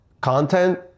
content